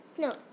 no